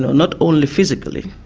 not only physically,